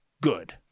good